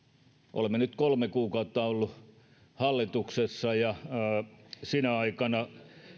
olemme nyt kolme kuukautta olleet hallituksessa ja sinä aikana